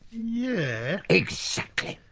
yeah. exactly!